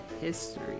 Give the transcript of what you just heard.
history